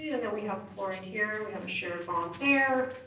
you know we have fluorine here, we have a shared bond here.